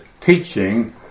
teaching